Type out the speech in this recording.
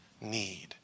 need